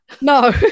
No